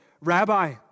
Rabbi